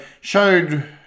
showed